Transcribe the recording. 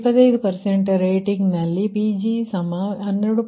25 rating ನಲ್ಲಿ Pg12